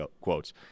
quotes